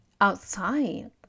outside